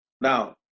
Now